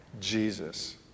Jesus